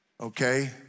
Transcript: Okay